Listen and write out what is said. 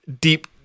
deep